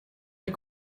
les